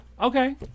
Okay